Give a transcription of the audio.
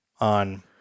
on